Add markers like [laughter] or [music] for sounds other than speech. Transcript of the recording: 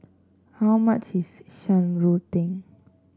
how much is [noise] Shan Rui Tang